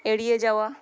এড়িয়ে যাওয়া